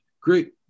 Great